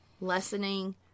lessening